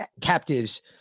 captives